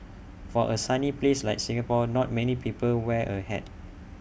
for A sunny place like Singapore not many people wear A hat